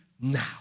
now